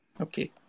okay